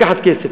מנסים לקחת כסף.